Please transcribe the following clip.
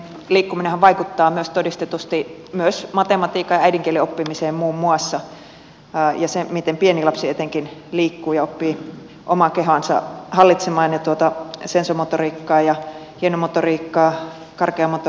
liikkuminenhan vaikuttaa todistetusti myös muun muassa matematiikan ja äidinkielen oppimiseen ja siihen miten pieni lapsi etenkin liikkuu ja oppii omaa kehoansa hallitsemaan sensomotoriikkaa ja hienomotoriikkaa karkeamotoriikkaa käyttämään